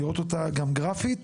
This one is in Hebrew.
ללמוד אותה גם גרפית.